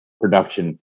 production –